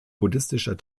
buddhistischer